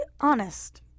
honest